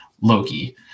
loki